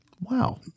wow